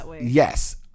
Yes